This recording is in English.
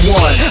one